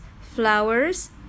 flowers